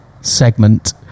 segment